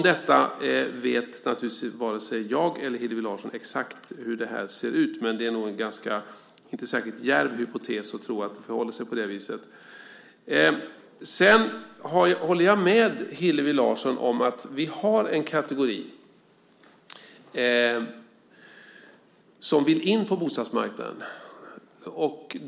Varken Hillevi Larsson eller jag vet naturligtvis exakt hur det här ser ut. Men det är nog inte en särskilt djärv hypotes att tro att det förhåller sig på det viset. Sedan håller jag med Hillevi Larsson om att vi har en kategori som vill in på bostadsmarknaden.